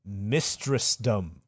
mistressdom